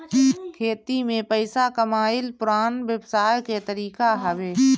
खेती से पइसा कमाइल पुरान व्यवसाय के तरीका हवे